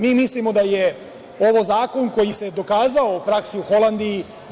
Mi mislimo da je ovo zakon koji se dokazao u praksi u Holandiji.